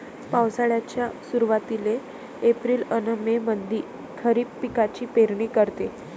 पावसाळ्याच्या सुरुवातीले एप्रिल अन मे मंधी खरीप पिकाची पेरनी करते